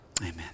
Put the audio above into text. amen